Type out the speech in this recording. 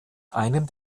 einem